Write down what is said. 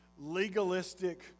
legalistic